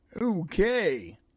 Okay